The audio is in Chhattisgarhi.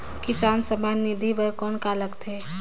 किसान सम्मान निधि बर कौन का लगथे?